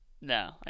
No